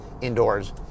indoors